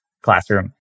classroom